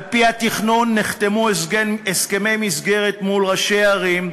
על-פי התכנון נחתמו הסכמי מסגרת מול ראשי ערים,